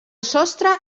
sostre